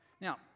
Now